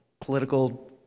political